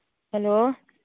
hello